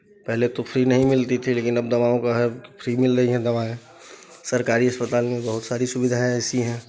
पहले तो फ्री नहीं मिलती थी लेकिन अब दवाओं का है फ्री मिल रही हैं दवाएँ सरकारी अस्पताल में बहुत सारी सुविधाएँ ऐसी हैं